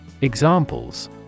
Examples